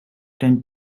tend